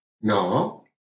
No